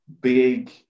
big